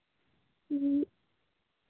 ᱦᱮᱸ